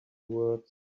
words